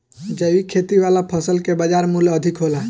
जैविक खेती वाला फसल के बाजार मूल्य अधिक होला